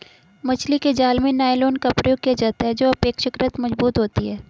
मछली के जाल में नायलॉन का प्रयोग किया जाता है जो अपेक्षाकृत मजबूत होती है